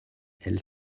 elle